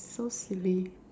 so silly